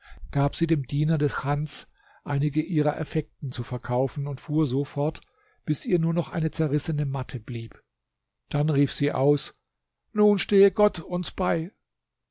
gab sie dem diener des chans einige ihrer effekten zu verkaufen und fuhr so fort bis ihr nur noch eine zerrissene matte blieb dann rief sie aus nun stehe gott uns bei